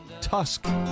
Tusk